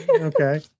Okay